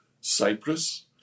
Cyprus